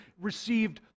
received